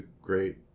great